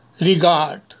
regard